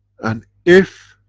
and if